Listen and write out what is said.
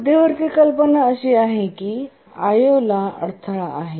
मध्यवर्ती कल्पना अशी आहे की I O ला अडथळा आहे